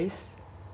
like maybe one